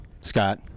scott